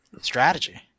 strategy